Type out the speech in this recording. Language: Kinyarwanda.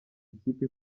ikipe